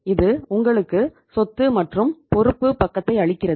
இது உங்களுக்கு சொத்து மற்றும் பொறுப்பு பக்கத்தை அளிக்கிறது